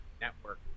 Network